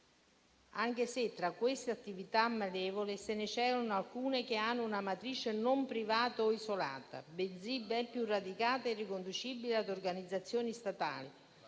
anche se tra queste attività malevole se ne celano alcune che hanno una matrice non privata o isolata, bensì ben più radicate e riconducibili a organizzazioni statali,